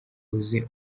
uzi